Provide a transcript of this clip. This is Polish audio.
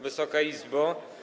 Wysoka Izbo!